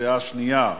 קריאה שנייה,